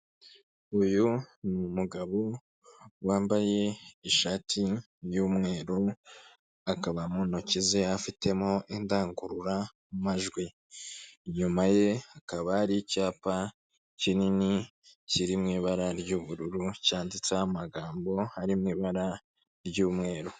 Uyu ni mugabo wambaye ishati y'umweru, akaba mu ntoki ze afitemo indangururamajwi, inyuma ye hakaba hari icyapa kinini kiri mu ibara ry'ubururu cyanditseho amagambo harimo ibara ry'umweru.